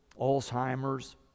Alzheimer's